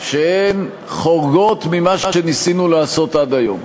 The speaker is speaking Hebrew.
שהן חורגות ממה שניסינו לעשות עד היום.